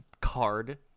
card